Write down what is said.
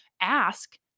ask